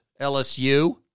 LSU